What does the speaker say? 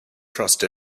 trust